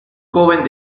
joven